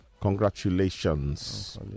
Congratulations